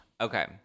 okay